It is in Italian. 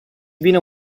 vino